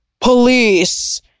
police